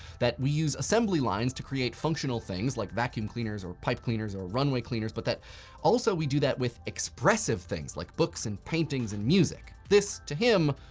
that we use assembly lines to create functional things, like vacuum cleaners or pipe cleaners or runway cleaners, but that also we do that with expressive things, like books and paintings and music. this, to him,